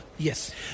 Yes